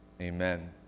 Amen